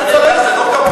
אתה צריך לדאוג לזה, לא.